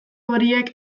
horiek